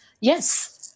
Yes